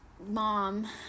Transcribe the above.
mom